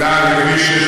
לא עושה עבודה, לאן?